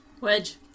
Wedge